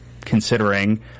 considering